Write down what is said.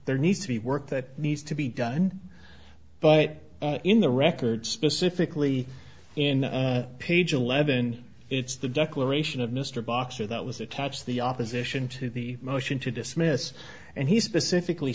there needs to be work that needs to be done but in the record specifically in page eleven it's the declaration of mr boxer that was attached the opposition to the motion to dismiss and he specifically